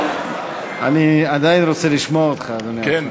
אני עדיין רוצה לשמוע אותך, אדוני